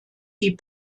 die